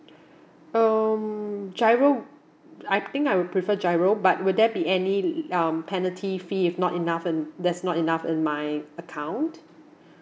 um giro I think I would prefer giro but will there be any um penalty fee if not enough and there's not enough in my account